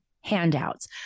handouts